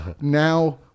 now